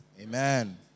Amen